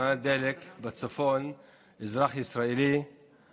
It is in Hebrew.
אז אני מבקש לדבר.